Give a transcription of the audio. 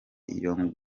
iyo